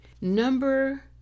Number